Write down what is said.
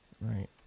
right